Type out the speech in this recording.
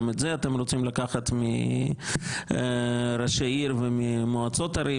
את זה אתם רוצים לקחת מראשי עיר וממועצות ערים,